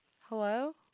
Hello